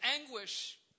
anguish